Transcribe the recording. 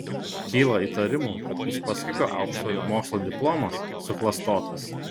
kyla įtarimų kad uspaskicho aukštojo mokslo diplomas suklastotas